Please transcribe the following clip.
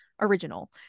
original